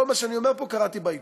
כל מה שאני אומר פה קראתי בעיתון.